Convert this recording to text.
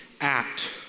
act